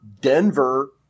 Denver